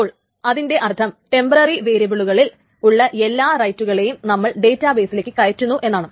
അപ്പോൾ അതിന്റെ അർത്ഥം ടെമ്പററി വേരിയബിളുകളിൽ ഉള്ള എല്ലാ റൈറ്റുകളെയും നമ്മൾ ഡേറ്റാബേസിലേക്ക് കയറ്റുന്നു എന്നാണ്